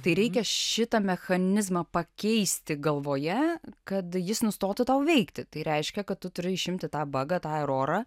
tai reikia šitą mechanizmą pakeisti galvoje kad jis nustotų tau veikti tai reiškia kad tu turi išimti tą bagą tai erorą